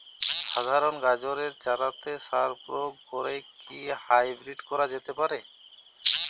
সাধারণ গাজরের চারাতে সার প্রয়োগ করে কি হাইব্রীড করা যেতে পারে?